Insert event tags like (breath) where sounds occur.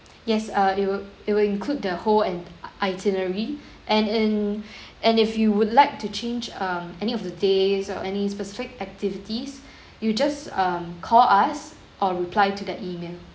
yes err it will it will include the whole en~ itinerary and in (breath) and if you would like to change um any of the days or any specific activities you just um call us or reply to the email